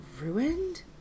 ruined